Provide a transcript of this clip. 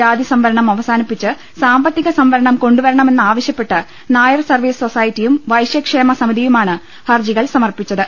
ജാതിസംവരണം അവസാനിപ്പിച്ച് സാമ്പത്തിക സംവരണം കൊണ്ടുവരണമെന്ന് ആവശ്യപ്പെട്ട് നായർസർവീസ് സൊസൈറ്റിയും വൈശ്യക്ഷേമ സമിതിയുമാണ് ഹർജികൾ സമർപ്പിച്ചത്